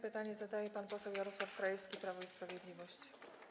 Pytanie zadaje pan poseł Jarosław Krajewski, Prawo i Sprawiedliwość.